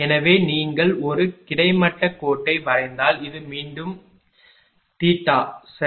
எனவே நீங்கள் ஒரு கிடைமட்ட கோட்டை வரைந்தால் இது மீண்டும் இது இது மீண்டும் தீட்டா சரி